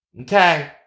okay